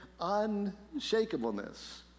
unshakableness